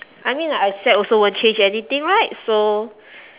I mean like I sad also won't change anything right so